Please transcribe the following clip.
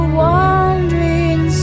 wandering